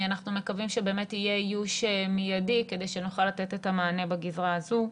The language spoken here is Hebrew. אנחנו מקווים שיהיה איוש מיידי כדי שנוכל לתת את המענה בגזרה הזו.